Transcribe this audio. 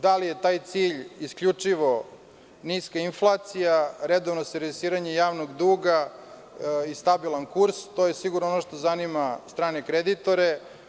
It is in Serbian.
Da li je taj cilj isključivo niska inflacija, redovno servisiranje javnog duga, stabilan kurs, to je sigurno ono što zanima strane kreditore.